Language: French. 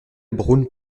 braun